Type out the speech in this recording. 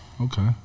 okay